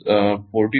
તેથી 50 ઓછા 49